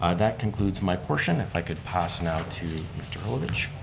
ah that concludes my portion. if i could pass now to mr. herlovich.